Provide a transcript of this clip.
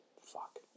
Fuck